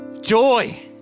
joy